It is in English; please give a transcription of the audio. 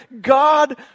God